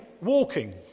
walking